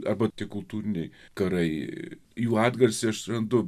arba tik kultūriniai karai jų atgarsiai aš suprantu